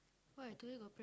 why today got pray~